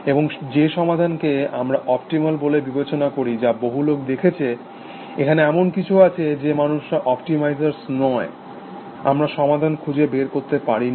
এবং যে সমাধানকে আমরা অপটিমাল বলে বিবেচনা করি যা বহুলোক দেখেছে এখানে এমন কিছু আছে যে মানুষরা অপটিমাইজার নয় আমরা সমাধান খুঁজে বের করতে পারি না